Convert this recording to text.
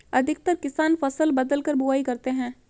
अधिकतर किसान फसल बदलकर बुवाई करते है